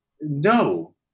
No